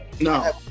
No